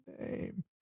name